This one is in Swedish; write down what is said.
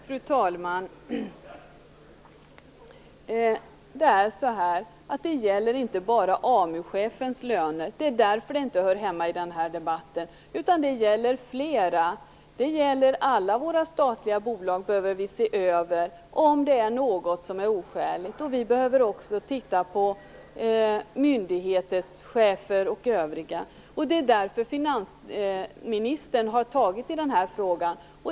Fru talman! Det gäller inte bara AMU-chefens löner. Det är därför det här inte hör hemma i denna debatt. Det gäller flera. Vi behöver se över alla statliga bolag för att se om det är något som oskäligt. Vi behöver också titta på myndigheternas chefer osv. Det är därför finansministern har tagit tag i den här frågan.